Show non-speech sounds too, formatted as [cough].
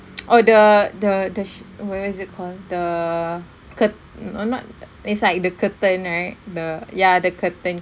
[noise] oh the the the sh~ what was it called the cur~ not not it's like the curtain right the ya the curtain